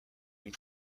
une